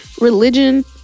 Religion